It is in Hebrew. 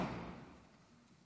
כבוד היושב-ראש,